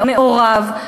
מעורב,